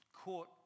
caught